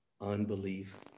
unbelief